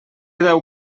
deu